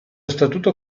statuto